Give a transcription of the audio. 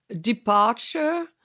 departure